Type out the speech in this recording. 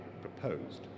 proposed